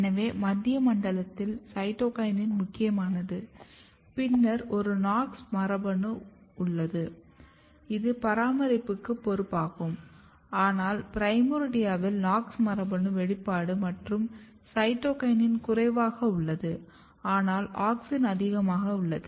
எனவே மத்திய மண்டலத்தில் சைட்டோகினின் முக்கியமானது பின்னர் ஒரு KNOX மரபணு உள்ளது இது பராமரிப்புக்கு பொறுப்பாகும் ஆனால் பிரைமோர்டியாவில் KNOX மரபணு வெளிப்பாடு மற்றும் சைட்டோகினின் குறைவாக உள்ளது ஆனால் ஆக்ஸின் அதிகமாக உள்ளது